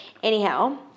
Anyhow